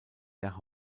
der